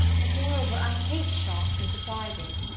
and moreover, i hate shocks and surprises.